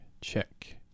Check